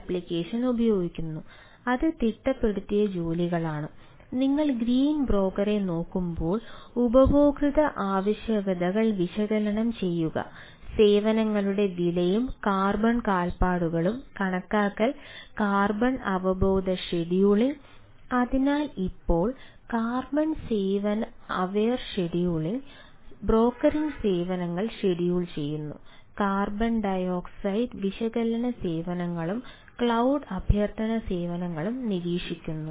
അതിനാൽ നമ്മൾ ഗ്രീൻ ബ്രോക്കറിലേക്ക് അഭ്യർത്ഥന സേവനങ്ങളും നിരീക്ഷിക്കുന്നു